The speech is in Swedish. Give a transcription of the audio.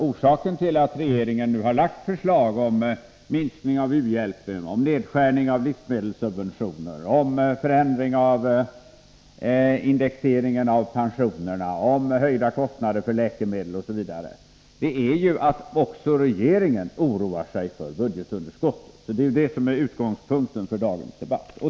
Orsaken till att regeringen nu har lagt fram förslag om minskning av u-hjälpen, om nedskärning av livsmedelssubventionerna, om förändring av indexeringen av pensionerna, om höjda kostnader för läkemedel osv. är ju att också regeringen oroar sig för budgetunderskottet. Det är alltså detta som är utgångspunkten för dagens debatt.